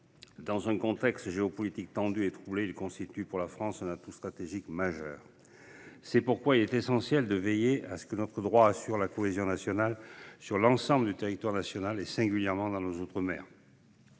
Dans un contexte géopolitique tendu et troublé, ils constituent pour la France un atout stratégique majeur. C’est pourquoi il est essentiel de veiller à ce que notre droit assure la cohésion nationale sur l’ensemble du territoire, singulièrement dans nos outre mer.